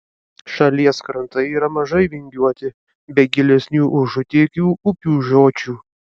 šalies krantai yra mažai vingiuoti be gilesnių užutėkių upių žiočių